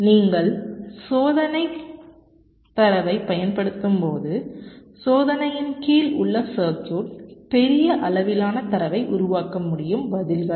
எனவே நீங்கள் சோதனைத் தரவைப் பயன்படுத்தும்போது சோதனையின் கீழ் உள்ள சர்க்யூட் பெரிய அளவிலான தரவை உருவாக்க முடியும் பதில்கள்